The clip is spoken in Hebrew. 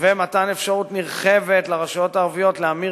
ומתן אפשרות נרחבת לרשויות הערביות להמיר